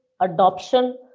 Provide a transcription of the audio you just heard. adoption